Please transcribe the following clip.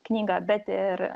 knygą bet ir